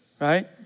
right